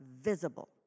visible